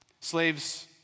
Slaves